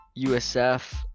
USF